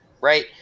Right